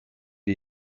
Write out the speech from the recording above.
die